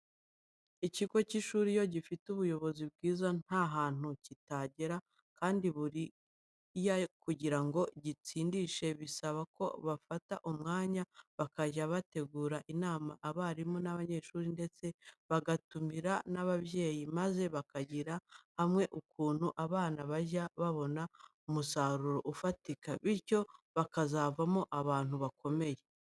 Ikigo cy'ishuri iyo gifite ubuyobozi bwiza nta hantu kitagera kandi buriya kugira ngo gitsindishe bisaba ko bafata umwanya bakajya bategura inama y'abarimu n'abanyeshuri ndetse bagatumira n'ababyeyi maze bakigira hamwe ukuntu abana bajya babona umusaruro ufatika bityo bakazavamo abantu bakomeye.